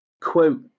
quote